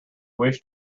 wish